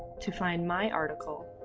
to find my article,